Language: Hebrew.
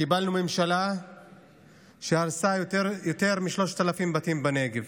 קיבלנו ממשלה שהרסה יותר מ-3,000 בתים בנגב,